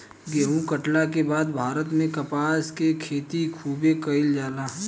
गेहुं काटला के बाद भारत में कपास के खेती खूबे कईल जाला